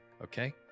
Okay